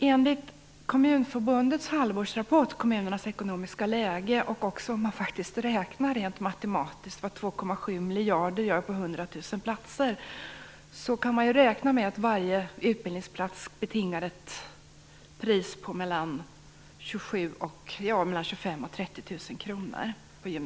Enligt Kommunförbundets halvårsrapport om kommunernas ekonomiska läge, och även om man rent matematiskt räknar ut vad 2,7 miljarder gör på 100 000 platser, kan man räkna med att varje utbildningsplats på gymnasienivå betingar ett pris på 25 000-30 000 kr.